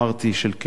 של כ-80%.